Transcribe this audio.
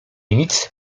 nic